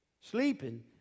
sleeping